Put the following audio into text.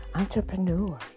entrepreneur